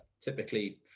typically